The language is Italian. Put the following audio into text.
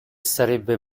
sarebbe